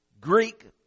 Greek